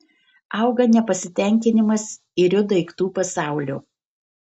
auga nepasitenkinimas iriu daiktų pasauliu